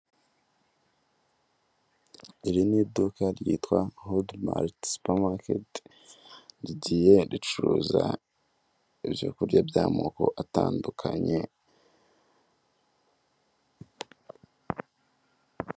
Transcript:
Iri ni iduka ryitwa hudu mariti supamaketi rigiye ricuruza ibyo kurya by'amoko atandukanye.